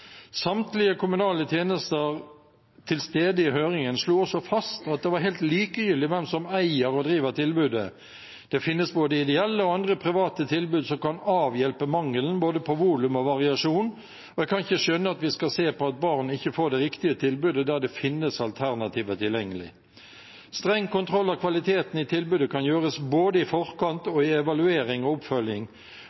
Samtlige kommunale tjenester til stede i høringen slo også fast at det var helt likegyldig hvem som eier og driver tilbudet. Det finnes både ideelle og andre private tilbud som kan avhjelpe mangelen på både volum og variasjon, og jeg kan ikke skjønne at vi skal se på at barn ikke får det riktige tilbudet der det finnes alternativer tilgjengelig. Streng kontroll av kvaliteten i tilbudet kan gjøres både i forkant